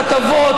כתבות,